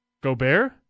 gobert